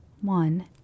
One